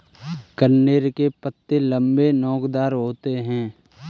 कनेर के पत्ते लम्बे, नोकदार होते हैं